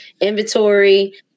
inventory